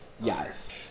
Yes